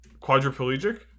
quadriplegic